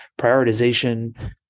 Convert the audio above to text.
prioritization